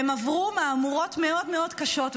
הן עברו מהמורות מאוד מאוד קשות,